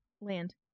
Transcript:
Land